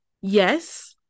yes